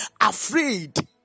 afraid